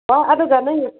ꯑꯣ ꯑꯗꯨꯒ ꯅꯪ